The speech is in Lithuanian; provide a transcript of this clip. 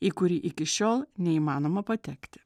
į kurį iki šiol neįmanoma patekti